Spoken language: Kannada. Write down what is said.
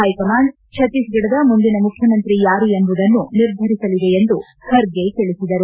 ಹೈಕಮಾಂಡ್ ಛತ್ತೀಸ್ಗಡದ ಮುಂದಿನ ಮುಖ್ಯಮಂತ್ರಿ ಯಾರು ಎಂಬುದನ್ನು ನಿರ್ಧರಿಸಲಿದೆ ಎಂದು ಖರ್ಗೆ ತಿಳಿಸಿದರು